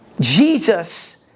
Jesus